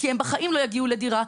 כי הם בחיים לא יגיעו לדירה,